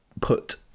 put